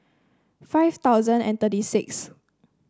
five thousand and thirty six